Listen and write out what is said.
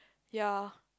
ya